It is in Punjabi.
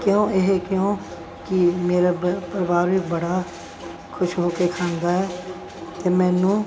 ਕਿਉਂ ਇਹ ਕਿਉਂ ਕਿ ਮੇਰਾ ਪਰਿਵਾਰ ਵੀ ਬੜਾ ਖੁਸ਼ ਹੋ ਕੇ ਖਾਂਦਾ ਹੈ ਅਤੇ ਮੈਨੂੰ